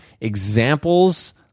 examples